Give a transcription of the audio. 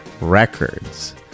Records